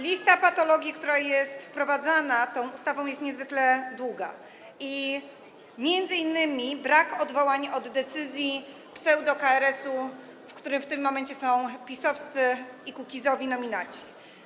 Lista patologii, które są wprowadzane tą ustawą, jest niezwykle długa, m.in. brak odwołań od decyzji pseudo-KRS-u, w którym w tym momencie są PiS-owscy i Kukizowi nominaci.